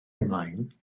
ymlaen